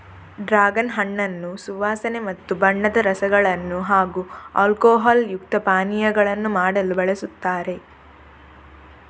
dragon ಹಣ್ಣನ್ನು ಸುವಾಸನೆ ಮತ್ತು ಬಣ್ಣದ ರಸಗಳನ್ನು ಹಾಗೂ ಆಲ್ಕೋಹಾಲ್ ಯುಕ್ತ ಪಾನೀಯಗಳನ್ನು ಮಾಡಲು ಬಳಸುತ್ತಾರೆ